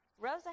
Rosa